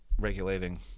regulating